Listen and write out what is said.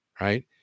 right